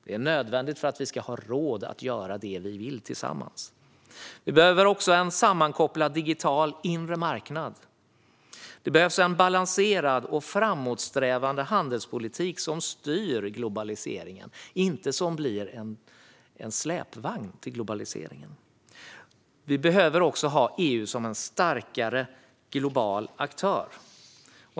Det är nödvändigt för att vi ska ha råd att göra det vi vill tillsammans. Vi behöver också en sammankopplad digital inre marknad. Det behövs en balanserad och framåtsträvande handelspolitik som styr globaliseringen och inte blir en släpvagn till globaliseringen. Vi behöver också ha EU som en starkare global aktör.